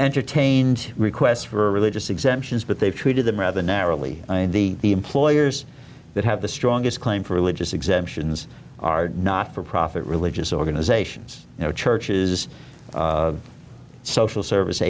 entertained requests for religious exemptions but they treated them rather narrowly the employers that have the strongest claim for religious exemptions are not for profit religious organizations you know churches social service